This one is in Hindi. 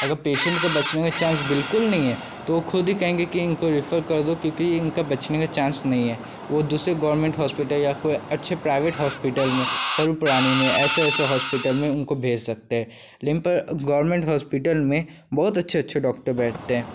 अगर पेशेंट के बचने का चांस बिल्कुल नहीं है तो वह ख़ुद ही कहेंगे कि इनको रेफर कर दो क्योंकि इनका बचने का चांस नहीं है वे दुसरे गोरमेंट होस्पिटल या कोई अच्छे प्राइवेट हॉस्पिटल में स्वरूपरानी में ऐसे ऐसे हॉस्पिटल में उनको भेज सकते हैं लेकिन पर गोरमेंट होस्पिटल में बहुत अच्छे अच्छे डॉक्टर बैठते हैं